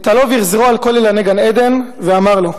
נטלו והחזירו על כל אילני גן-עדן, ואמר לו: